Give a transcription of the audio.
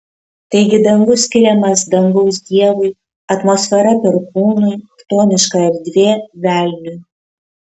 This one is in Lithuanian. taigi dangus skiriamas dangaus dievui atmosfera perkūnui chtoniška erdvė velniui